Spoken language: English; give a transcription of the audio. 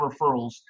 referrals